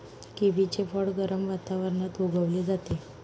किवीचे फळ गरम वातावरणात उगवले जाते